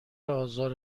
آزار